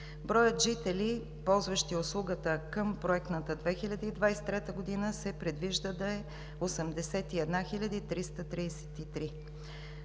Броят жители, ползващи услугата към проектната 2023 г., се предвижда да е 81 333